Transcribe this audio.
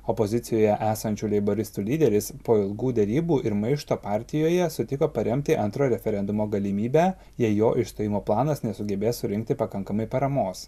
opozicijoje esančių leiboristų lyderis po ilgų derybų ir maišto partijoje sutiko paremti antro referendumo galimybę jei jo išstojimo planas nesugebės surinkti pakankamai paramos